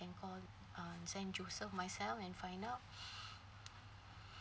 call uh saint joseph myself and find out